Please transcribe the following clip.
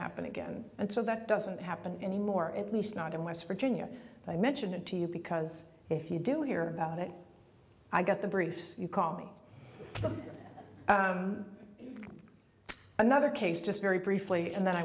happen again and so that doesn't happen anymore at least not in west virginia i mentioned to you because if you do hear about it i get the briefs you call them another case just very briefly and then i